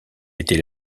été